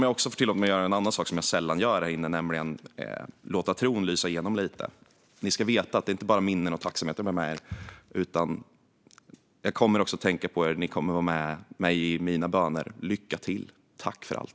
Jag tillåter mig att göra något som jag sällan gör här, nämligen att låta tron lysa igenom lite: Ni ska veta att det inte bara är minnen och tacksamhet jag bär med mig - jag kommer också att tänka på er, och ni kommer att vara med mig i mina böner. Lycka till och tack för allt!